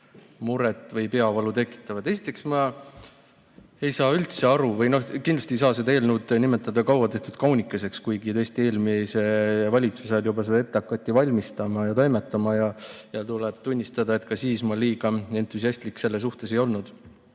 muret või peavalu tekitavad. Esiteks, ma ei saa üldse aru, või noh, kindlasti ei saa seda eelnõu nimetada kaua tehtud kaunikeseks, kuigi tõesti, eelmise valitsuse ajal juba seda ette hakati valmistama ja toimetama. Tuleb tunnistada, et ka siis ma liiga entusiastlik selle suhtes ei olnud.